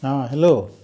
ହଁ ହ୍ୟାଲୋ